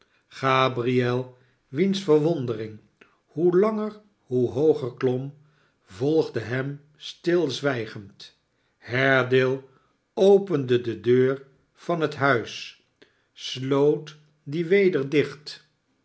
gabriel wiens verwondering hoe langer hoe hooger klom volgde liem stilzwijgend haredaie opende de deur van het huis sloot xiie weder dicht